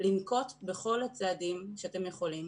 לנקוט בכל הצעדים שאתם יכולים